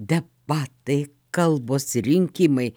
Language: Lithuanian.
debatai kalbos rinkimai